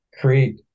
create